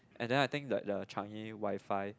and then I think the the Changi Wi-Fi